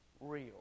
real